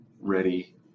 ready